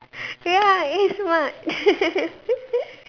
ya eh smart